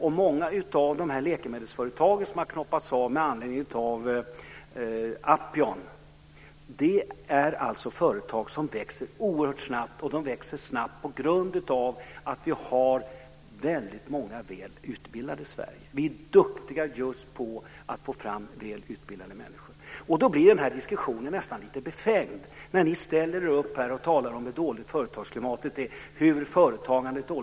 Och många av de stora läkemedelsföretag som har knoppats av med anledning av Upjohn är företag som växer oerhört snabbt, och de växer snabbt på grund av att vi har väldigt många väl utbildade människor i Sverige. Vi är duktiga just på att få fram väl utbildade människor. Då blir diskussionen nästan befängd när ni ställer er upp här och talar om hur dåligt företagsklimatet är, hur dåligt företagandet är.